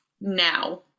now